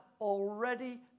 already